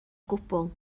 gwbl